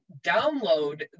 download